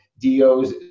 DOs